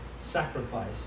sacrifice